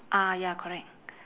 ah ya correct